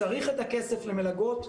צריך את הכסף למלגות,